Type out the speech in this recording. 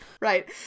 Right